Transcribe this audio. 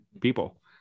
people